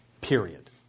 period